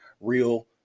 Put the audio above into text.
real